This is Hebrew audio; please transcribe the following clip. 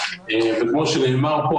וכמו שנאמר פה,